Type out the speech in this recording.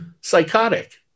psychotic